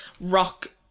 rock